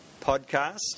podcast